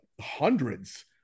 hundreds